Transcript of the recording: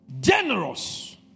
generous